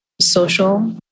social